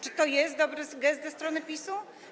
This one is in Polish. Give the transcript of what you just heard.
Czy to jest dobry gest ze strony PiS-u?